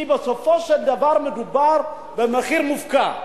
כי בסופו של דבר מדובר במחיר מופקע.